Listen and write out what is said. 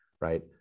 Right